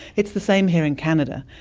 it's the same here in canada.